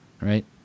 right